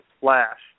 flash